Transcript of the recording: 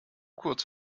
kurz